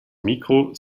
mikro